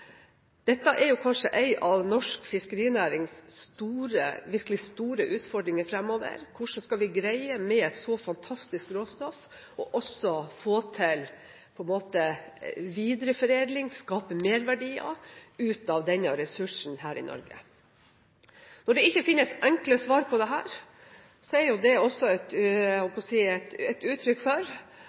Dette er kanskje en av norsk fiskerinærings virkelig store utfordringer fremover, hvordan vi med et så fantastisk råstoff skal greie å få til videreforedling og skape merverdier av denne ressursen i Norge. Når det ikke finnes enkle svar på dette, er det også – jeg holdt på å si – et uttrykk for